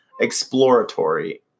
exploratory